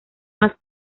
más